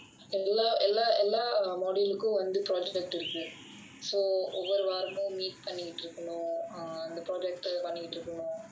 எல்லா எல்லா எல்லா:ellaa ellaa ellaa module கும் வந்து:kum vanthu project இருக்கு:irukku so ஒவ்வொரு வாராமும்:ovvoru vaaramum meet பண்ணிட்டு இருக்கனும்:pannittu irukkanum ah project பண்ணிட்டு இருக்கனும்:pannittu irukkanum